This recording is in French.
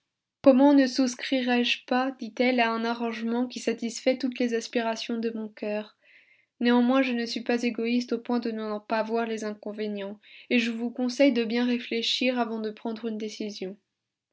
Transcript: comment ne souscrirai je pas dit-elle à un arrangement qui satisfait toutes les aspirations de mon cœur néanmoins je ne suis pas égoïste au point de n'en pas voir les inconvénients et je vous conseille de bien réfléchir avant de prendre une décision